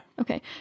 Okay